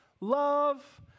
Love